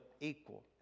equal